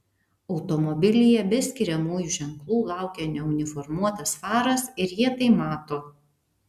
automobilyje be skiriamųjų ženklų laukia neuniformuotas faras ir jie tai mato